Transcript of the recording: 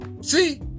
See